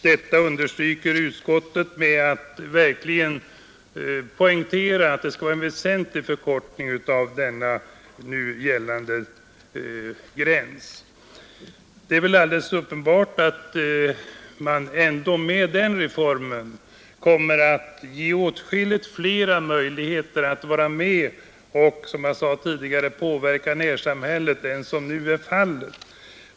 Detta understryker utskottet genom att poängtera att det verkligen skall bli en väsentlig förkortning av den nu gällande gränsen. Det är, som jag sade tidigare, alldeles uppenbart att man med den reformen kommer att ge åtskilligt flera invandrare möjligheter att vara med och påverka samhället än vad nu är fallet.